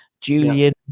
Julian